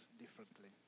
differently